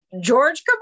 George